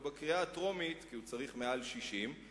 כי הוא צריך מעל 60,